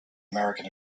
american